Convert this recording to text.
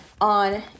on